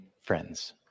friends